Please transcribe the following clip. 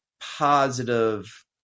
positive